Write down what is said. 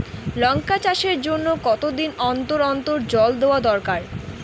লঙ্কা চাষের জন্যে কতদিন অন্তর অন্তর জল দেওয়া দরকার?